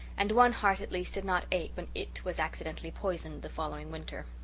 and one heart at least did not ache when it was accidentally poisoned the following winter.